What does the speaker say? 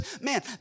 Man